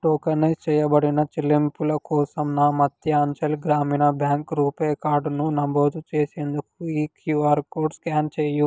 tokenise చేయబడిన చెల్లింపుల కోసం నా మధ్యాంచల్ గ్రామీణ బ్యాంక్ రూపే కార్డును నమోదు చేసేందుకు ఈ క్యూఆర్ కోడ్ స్క్యాన్ చేయి